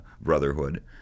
brotherhood